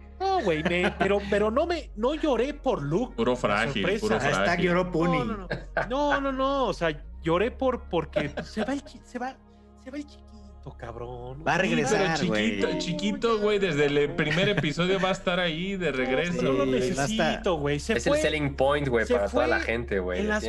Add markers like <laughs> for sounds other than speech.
No, güey, <laughs> me- pero- pero no me- no lloré por Luke, Puro por la frágil, puro sorpresa. Hashtag frágil. lloró No, Puny. no, no. No, no, no, o sea, lloré por- porque <laughs> se va el chi- se va- se va el chiquito, cabrón. Va a regresar, Sí, pero chiquito. güey. Chiquito, güey, desde No, el primer <laughs> güey. episodio va a estar ahí de regreso. No, pero no lo Sí. necesito, güey. Se Es el fue- selling point, güey, se para toda la fue gente, güey. en la